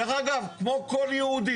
דרך אגב, כמו כל יהודי.